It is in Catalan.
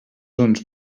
uns